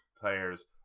players